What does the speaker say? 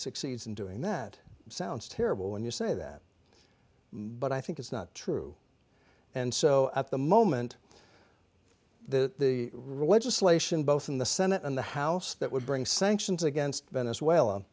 succeeds in doing that sounds terrible when you say that but i think it's not true and so at the moment the religious lation both in the senate and the house that would bring sanctions against